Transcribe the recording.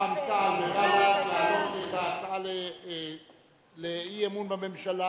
רע"ם-תע"ל ובל"ד להעלות את ההצעה לאי-אמון בממשלה.